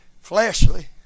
Fleshly